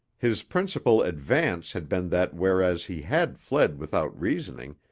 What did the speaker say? his principal advance had been that whereas he had fled without reasoning,